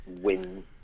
win